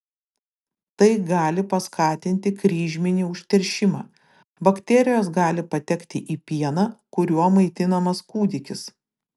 tai gali paskatinti kryžminį užteršimą bakterijos gali patekti į pieną kuriuo maitinamas kūdikis